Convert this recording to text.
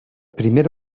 primera